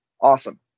awesome